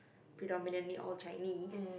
predominantly all Chinese